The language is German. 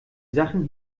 sachen